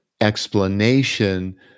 explanation